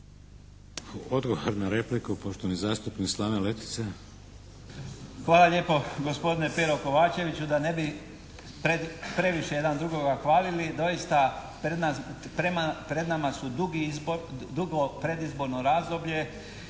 Odgovor na repliku poštovani zastupnik Slaven Letica. **Letica, Slaven (Nezavisni)** Hvala lijepo gospodine Pero Kovačeviću. Da ne bi previše jedan drugoga hvalili. Doista pred nama su dugi i, dugo predizborno razdoblje